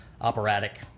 operatic